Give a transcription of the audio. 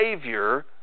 Savior